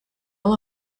all